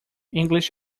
english